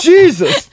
Jesus